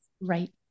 right